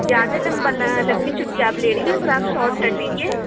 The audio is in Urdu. زیادہ لمبا لمبی چھٹی آپ لے رہی ہیں تھوڑا آپ شاٹ کر لیجیے